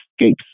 escapes